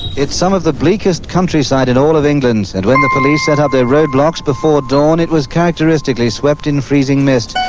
it's some of the bleakest countryside in all of england and when the police set up their road blocks before dawn, it was characteristically swept in freezing mist.